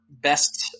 Best